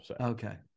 Okay